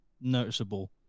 noticeable